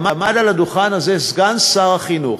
עמד על הדוכן הזה סגן שר החינוך,